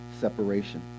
separation